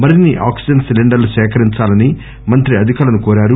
మరిన్ని ఆక్పిజన్ సిలిండర్లు సేకరించాలని మంత్రి అధికారులను కోరారు